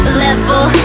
level